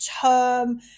term